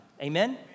Amen